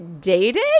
dated